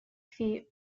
feet